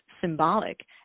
symbolic